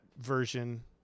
version